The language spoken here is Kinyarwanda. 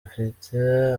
afite